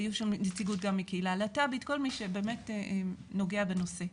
היו שם גם נציגות מהקהילה הלהט"בית וכל מי שבאמת נוגע בנושא.